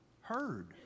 heard